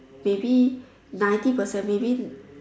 maybe ninety percent maybe